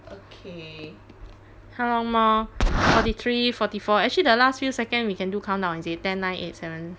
how long more forty three forty four actually the last few seconds we can do countdown is it ten nine eight seven no lah 我们都可以倒数